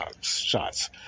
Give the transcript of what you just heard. shots